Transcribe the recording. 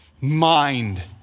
mind